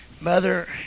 mother